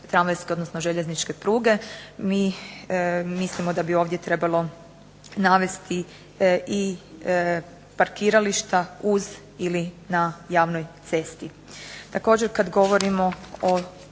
odnosno željezničke pruge. Mi mislimo da bi ovdje trebalo navesti i parkirališta uz ili na javnoj cesti.